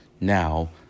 now